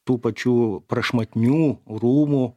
tų pačių prašmatnių rūmų